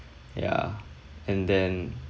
ya and then